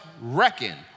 reckon